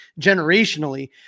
generationally